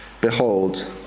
Behold